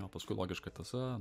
o paskui logiška tąsa